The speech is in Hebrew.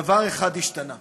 דבר אחד השתנה,